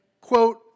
quote